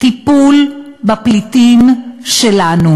טיפול בפליטים שלנו.